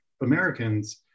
Americans